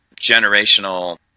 generational